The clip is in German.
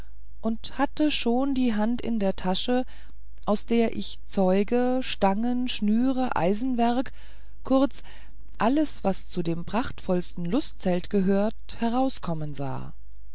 und hatte schon die hand in der tasche aus der ich zeuge stangen schnüre eisenwerk kurz alles was zu dem prachtvollsten lustzelt gehört herauskommen sah